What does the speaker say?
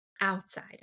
outside